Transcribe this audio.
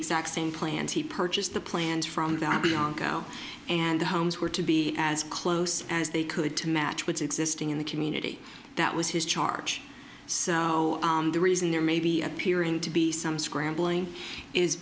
exact same plans he purchased the plans from that bianco and the homes were to be as close as they could to match what's existing in the community that was his charge so the reason there may be appearing to be some